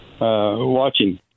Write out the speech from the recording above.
watching